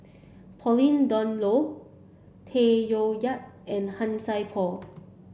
Pauline Dawn Loh Tay Koh Yat and Han Sai Por